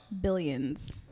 Billions